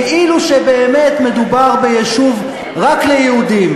כאילו שבאמת מדובר ביישוב רק ליהודים,